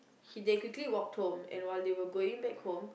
he they quickly walked home and while they were going back home